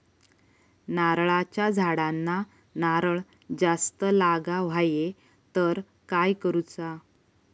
नारळाच्या झाडांना नारळ जास्त लागा व्हाये तर काय करूचा?